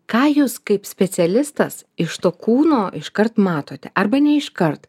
ką jūs kaip specialistas iš to kūno iškart matote arba ne iškart